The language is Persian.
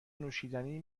نوشیدنی